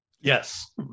Yes